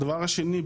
הדבר השני,